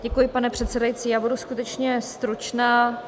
Děkuji, pane předsedající, já budu skutečně stručná...